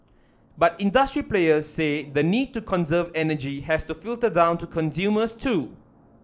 but industry players say the need to conserve energy has to filter down to consumers too